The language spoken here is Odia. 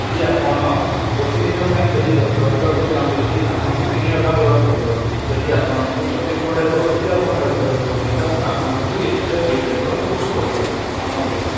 ଯଦି ଆପଣ ଗୋଟିଏ ଦିନ ପାଇଁ ଯଦି ରହିବାକୁ ଚାହୁଁଛନ୍ତି ଆପଣଙ୍କୁ ତିନି ହଜାର ଟଙ୍କା ଦେବାକୁ ପଡ଼ିବ ଯଦି ଆପଣଙ୍କୁ ଚବିଶ ଘଣ୍ଟାରୁ ଅଧିକା ସମୟ ରହିବାକୁ ପଡ଼ୁଛନ୍ତି ତେଣୁ ଆପଣଙ୍କୁ ଏକ୍ସଟ୍ରା ଦୁଇ ହଜାର ଟଙ୍କା ଦେବାକୁ ପଡ଼ିବ ଆମ ହୋଟେଲକୁ